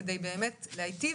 זה מבוסס על נתונים מדעיים